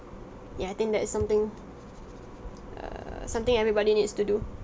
ya I think that's something err something everybody needs to do